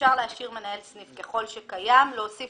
אפשר להשאיר מנהל סניף ככל שקיים ולהוסיף